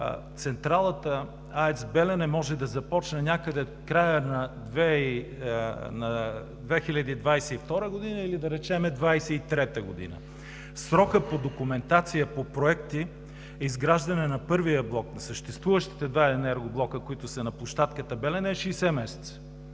централата АЕЦ „Белене“ може да започне някъде края на 2022 г., или да речем, 2023 г. Срокът по документация, по проекти – изграждане на първия блок на съществуващите два енергоблока, които са на площадката Белене, е 60 месеца